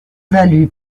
value